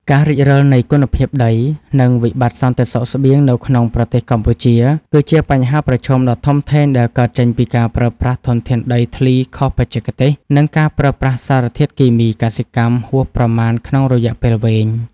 ការរិចរឹលនៃគុណភាពដី និងវិបត្តិសន្តិសុខស្បៀងនៅក្នុងប្រទេសកម្ពុជា គឺជាបញ្ហាប្រឈមដ៏ធំធេងដែលកើតចេញពីការប្រើប្រាស់ធនធានដីធ្លីខុសបច្ចេកទេស និងការប្រើប្រាស់សារធាតុគីមីកសិកម្មហួសប្រមាណក្នុងរយៈពេលវែង។